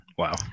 Wow